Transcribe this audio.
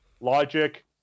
Logic